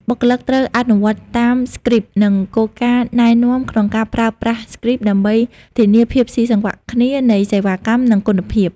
បុគ្គលិក ត្រូវអនុវត្តតាម Scripts និងគោលការណ៍ណែនាំក្នុងការប្រើប្រាស់ Scripts ដើម្បីធានាភាពស៊ីសង្វាក់គ្នានៃសេវាកម្ម និងគុណភាព។